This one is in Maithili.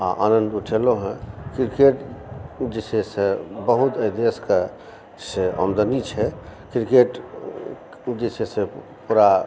आओर आनन्दसँ छलहुँ हँ क्रिकेट जे छै से बहुत एहि देशकेसँ आमदनी छै क्रिकेट जे छै से पूरा